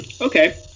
okay